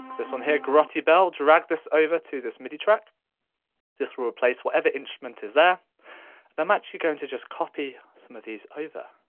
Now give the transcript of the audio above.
this one here grotty bell, drag this over to this midi track this will replace whatever instrument is there, and i'm actually going to just copy some of these over,